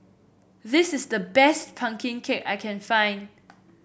this is the best pumpkin cake I can find